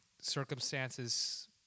circumstances